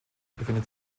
befindet